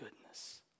goodness